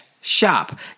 shop